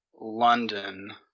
London